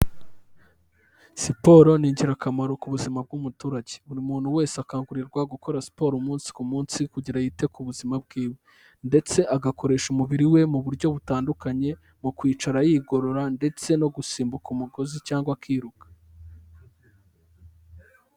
Siporo ni ingirakamaro ku buzima bw'umuturage, buri muntu wese akangurirwa gukora siporo umunsi ku munsi kugira yite ku buzima bwiwe ndetse agakoresha umubiri we mu buryo butandukanye, mu kwicara yigorora ndetse no gusimbuka umugozi cyangwa akiruka.